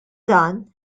dan